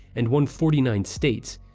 and won forty nine states.